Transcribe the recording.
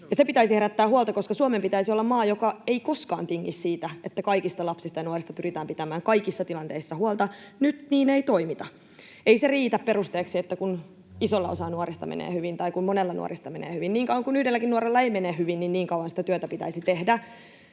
Sen pitäisi herättää huolta, koska Suomen pitäisi olla maa, joka ei koskaan tingi siitä, että kaikista lapsista ja nuorista pyritään pitämään kaikissa tilanteissa huolta. Nyt niin ei toimita. Ei se riitä perusteeksi, että isolla osaa nuorista menee hyvin tai monella nuorista menee hyvin — niin kauan kuin yhdelläkin nuorella ei mene hyvin, niin kauan sitä työtä pitäisi tehdä.